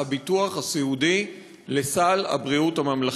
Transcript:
הביטוח הסיעודי לסל הבריאות הממלכתי.